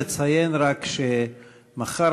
נציין רק שמחר,